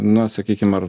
na sakykim ar